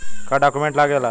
का डॉक्यूमेंट लागेला?